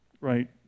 right